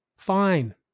Fine